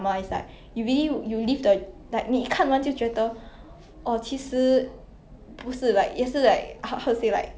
oh this reminds me of one chinese drama I watched I don't remember the title but I remember one of the unit was like named 烟气 or something like